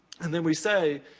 and then we say,